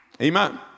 amen